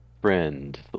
friend